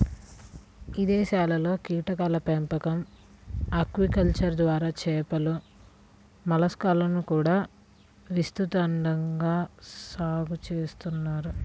ఇదేశాల్లో కీటకాల పెంపకం, ఆక్వాకల్చర్ ద్వారా చేపలు, మలస్కాలను కూడా విస్తృతంగా సాగు చేత్తన్నారు